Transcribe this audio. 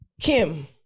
Kim